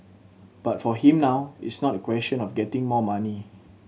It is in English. but for him now it's not a question of getting more money